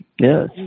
yes